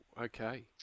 okay